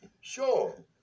Sure